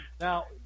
Now